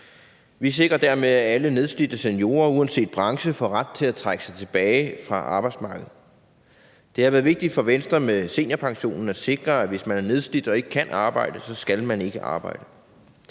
Vi sikrer dermed, at alle nedslidte seniorer uanset branche får ret til at trække sig tilbage fra arbejdsmarkedet. Det har været vigtigt for Venstre med seniorpensionen at sikre, at hvis man er nedslidt og ikke kan arbejde, så skal man ikke arbejde.